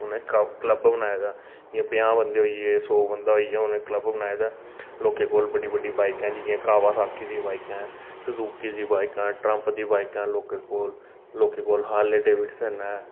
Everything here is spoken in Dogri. उ'नें क्लब बनाए दा जि'यां प'ञां बंदे होई गे सौ बंदा होई गेआ उ'नें क्लब बनाए दा लोकें कोल बड्डी बड्डी बाइकां जि'यां कावासाकी दी बाइकां सुजुकी दी बाइकां ट्रम्प दी बाइकां ऐ लोकें कोल लोकें कौल हारले डैविडसन ऐ